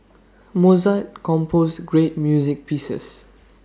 Mozart composed great music pieces